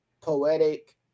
poetic